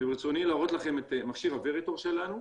וברצוני להראות לכם את מכשיר הווריטור שלנו,